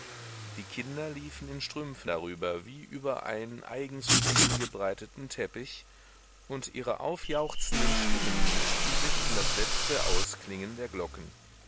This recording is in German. die kinder liefen in strümpfen darüber wie über einen eigens für sie hingebreiteten teppich und ihre aufjauchzenden stimmen mischten sich in das letzte ausklingen der glocken